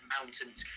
mountains